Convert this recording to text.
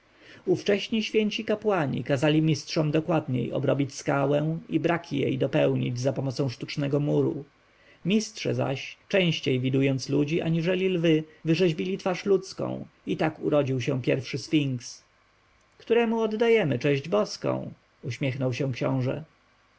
ówcześni święci kapłani kazali mistrzom dokładniej obrobić skałę i braki jej dopełnić zapomocą sztucznego muru mistrze zaś częściej widując ludzi aniżeli lwy wyrzeźbili twarz ludzką i tak urodził się pierwszy sfinks któremu oddajemy cześć boską uśmiechnął się książę